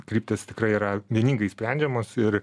kryptys tikrai yra vieningai sprendžiamos ir